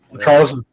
Charles